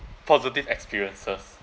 positive experiences